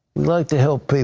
like to help